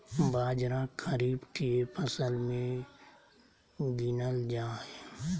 बाजरा खरीफ के फसल मे गीनल जा हइ